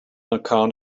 account